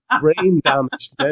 brain-damaged